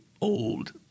old